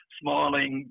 smiling